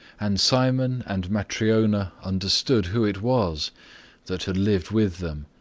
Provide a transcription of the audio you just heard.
and simon and matryona understood who it was that had lived with them,